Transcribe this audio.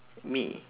me